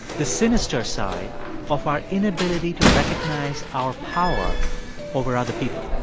the sinister side of our inability to recognize our power over other people